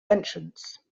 entrance